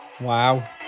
Wow